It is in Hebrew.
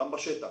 גם בשטח,